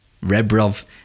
Rebrov